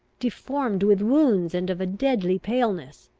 deformed with wounds, and of a deadly paleness,